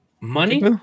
Money